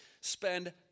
spend